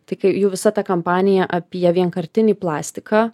tai kai jų visa ta kampanija apie vienkartinį plastiką